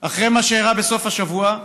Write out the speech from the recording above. אחרי מה שאירע בסוף השבוע,